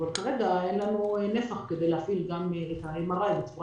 אבל כרגע אין לנו נפח כדי להפעיל את ה-MRI 24